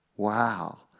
Wow